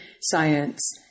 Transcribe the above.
science